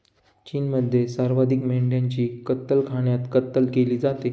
चीनमध्ये सर्वाधिक मेंढ्यांची कत्तलखान्यात कत्तल केली जाते